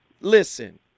Listen